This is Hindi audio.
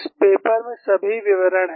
इस पेपर में सभी विवरण हैं